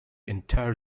entire